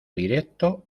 directo